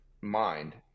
mind